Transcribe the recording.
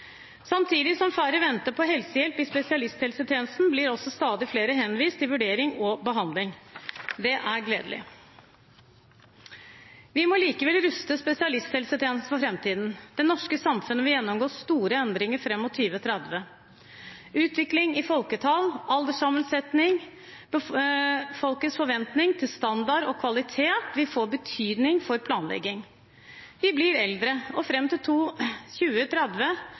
Samtidig som færre venter på helsehjelp i spesialisthelsetjenesten, blir stadig flere henvist til vurdering og behandling. Det er gledelig. Vi må likevel ruste spesialisthelsetjenesten for framtiden. Det norske samfunnet vil gjennomgå store endringer fram mot 2030. Utvikling i folketall, alderssammensetning, folkets forventning til standard og kvalitet vil få betydning for planlegging. Vi blir eldre, og fram til 2030